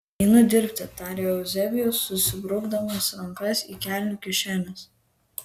einu dirbti tarė euzebijus susibrukdamas rankas į kelnių kišenes